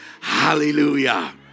Hallelujah